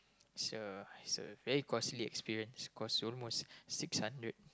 so so a very costly experience cost almost six hundred